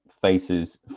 faces